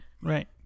Right